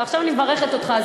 ועכשיו אני מברכת אותך,